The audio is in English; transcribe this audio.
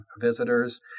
visitors